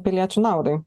piliečių naudai